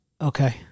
Okay